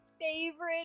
favorite